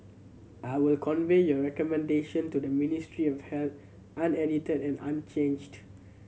I will convey your recommendation to the Ministry of Health unedited and unchanged